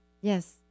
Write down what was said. Yes